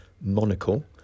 Monocle